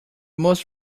most